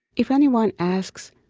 if anyone asks,